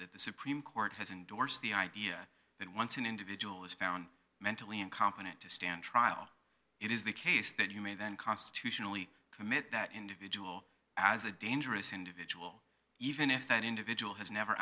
that the supreme court has endorsed the idea that once an individual is found mentally incompetent to stand trial it is the case that you may then constitutionally commit that individual as a dangerous individual even if that individual has never